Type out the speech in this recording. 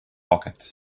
pocket